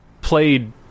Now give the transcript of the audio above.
played